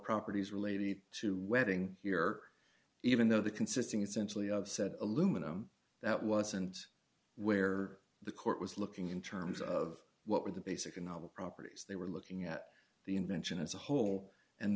properties related to wedding you're even though the consisting essentially of said aluminum that wasn't where the court was looking in terms of what were the basic and all the properties they were looking at the invention as a whole and